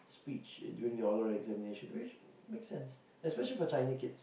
speech during your oral examination which make sense especially for China kids